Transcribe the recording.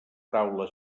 taula